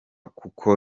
kuko